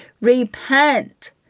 Repent